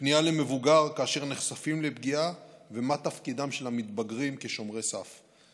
פנייה למבוגר כאשר נחשפים לפגיעה ומה תפקידם של המתבגרים כשומרי סף.